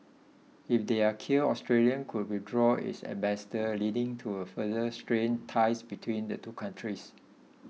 if they are killed Australia could withdraw its ambassador leading to a further strained ties between the two countries